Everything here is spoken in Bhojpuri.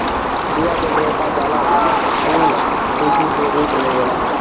बिया जब रोपा जाला तअ ऊ डिभि के रूप लेवेला